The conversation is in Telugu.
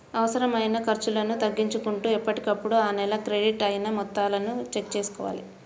అనవసరమైన ఖర్చులను తగ్గించుకుంటూ ఎప్పటికప్పుడు ఆ నెల క్రెడిట్ అయిన మొత్తాలను చెక్ చేసుకోవాలి